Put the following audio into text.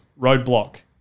Roadblock